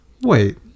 Wait